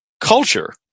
culture